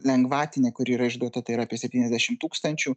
lengvatinė kuri yra išduota tai yra apie septyniasdešim tūkstančių